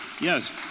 yes